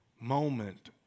moment